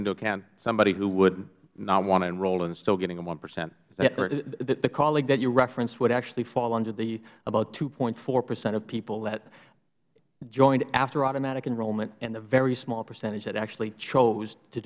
into account somebody who would not want to enroll and still getting a one percent is that correct mister long the colleague that you referenced would actually fall under the about two point four percent of people that joined after automatic enrollment and the very small percentage that actually chose to